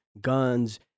guns